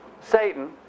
Satan